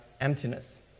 emptiness